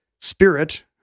spirit